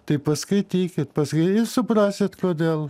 tai paskaitykit paskaitykit suprasit kodėl